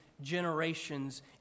generations